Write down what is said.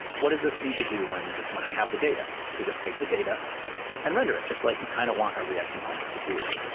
what does this need to do when when i have the data? so take the data and render it just like you kind of want a react component to do.